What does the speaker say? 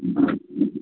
हा